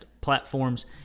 platforms